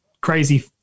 crazy